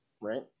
right